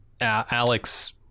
Alex